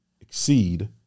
exceed –